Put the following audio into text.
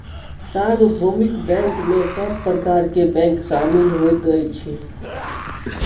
सार्वभौमिक बैंक में सब प्रकार के बैंक शामिल होइत अछि